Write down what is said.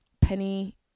Penny